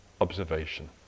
observation